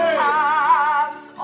times